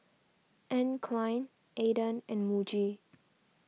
Anne Klein Aden and Muji